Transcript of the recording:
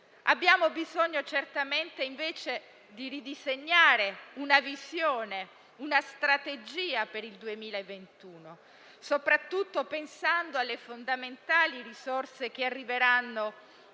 Abbiamo certamente bisogno, invece, di ridisegnare una visione, una strategia per il 2021, soprattutto pensando alle fondamentali risorse che arriveranno